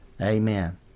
Amen